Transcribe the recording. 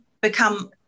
become